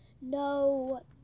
no